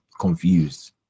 confused